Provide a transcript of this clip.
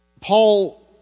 Paul